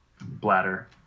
bladder